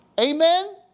Amen